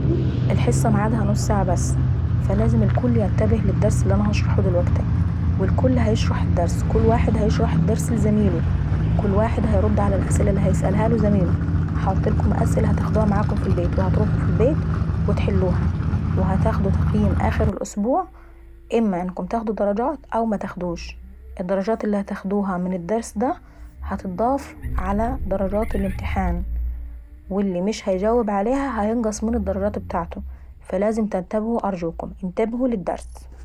الحصة معادها نص ساعة بس، فلازم الكل ينتبه للدرس اللي انا هنشحره دلوكتي، والكل هيشرح الدرس، كل واحد هيشرح الدرس لزاميلو، وكل واحد هيرد على الأسئلة اللي بيسألهالو زاميلو. هنحطلكم الأسئلة عتاخدوها معاكم في البيت، هتروحوا البيت وهتحلوها. وهتاخدوا تقييم اخر الاسبوع وهتاخدوا عليه درجات او مهتاخدوش. الدرجات اللي هتاخدوها من الدرس ديي هتتضاف على درجات الامتحان واللي مش بيجاوب عليهي ههينقص من الدرجات ابتاعتو، فلازم تنتهبوا ارجوكم انتبهوا للدرس.